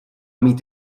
mít